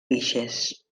guixers